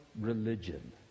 religion